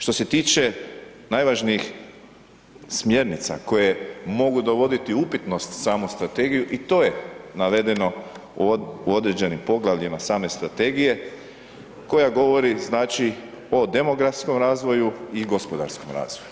Što se tiče najvažnijih smjernica koje mogu dovoditi u upitnost samu strategiju, i to je navedeno u određenim poglavljima same strategije koja govori znači od demografskom razvoju i gospodarskom razvoju.